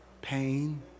Pain